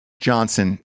Johnson